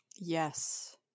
Yes